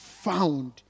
found